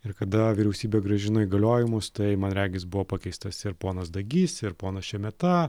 ir kada vyriausybė grąžino įgaliojimus tai man regis buvo pakeistas ir ponas dagys ir ponas šemeta